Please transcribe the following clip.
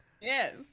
yes